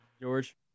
George